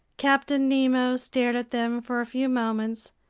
captain nemo stared at them for a few moments,